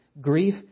Grief